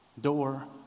Door